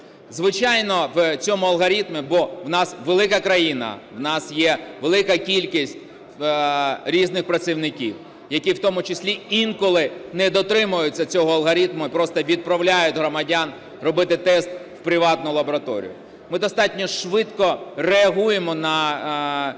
Звичайно, в цьому алгоритмі, бо в нас велика країна, в нас є велика кількість різних працівників, які в тому числі інколи не дотримуються цього алгоритму і просто відправляють громадян робити тест у приватну лабораторію. Ми достатньо швидко реагуємо на ці